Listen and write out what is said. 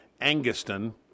Anguston